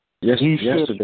Yesterday